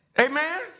Amen